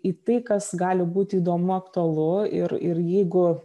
į tai kas gali būti įdomu aktualu ir ir jeigu